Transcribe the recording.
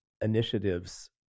initiatives